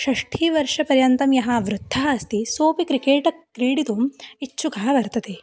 षष्टिवर्षपर्यन्तं यः वृद्धः अस्ति सोऽपि क्रिकेट् क्रीडितुम् इच्छुकः वर्तते